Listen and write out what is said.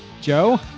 Joe